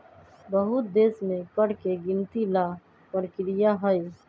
बहुत देश में कर के गिनती ला परकिरिया हई